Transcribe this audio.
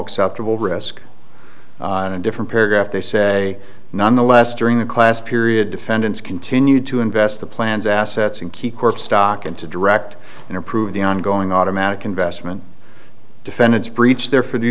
acceptable risk on a different paragraph they say nonetheless during the class period defendants continued to invest the plans assets in key corp stock and to direct and approve the ongoing automatic investment defendants breached their for the